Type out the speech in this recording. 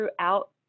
throughout